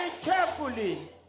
carefully